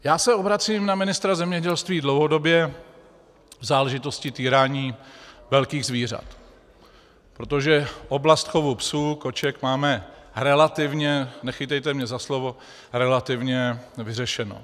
Já se obracím na ministra zemědělství dlouhodobě v záležitosti týrání velkých zvířat, protože oblast chovu psů a koček máme relativně, nechytejte mě za slovo, relativně vyřešenu.